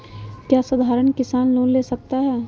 क्या साधरण किसान लोन ले सकता है?